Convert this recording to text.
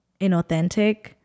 inauthentic